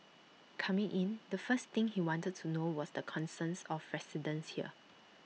coming in the first thing he wanted to know was the concerns of residents here